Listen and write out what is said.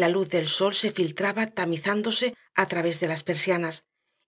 la luz del sol se filtraba tamizándose a través de las persianas